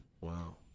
Wow